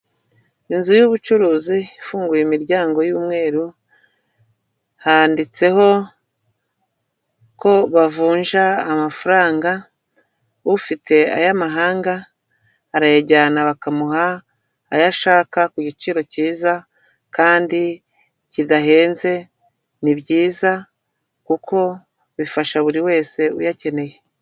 Inzu y'ubucuruzi ifunguye imiryango y'umweru handitseho ko bavunja amafaranga ufite aya mahanga arayajyana bakamuha ayo ashaka ku giciro cyiza kandi kidahenze ni byiza kuko bifasha buri wese uyakeneye..